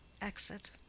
Exit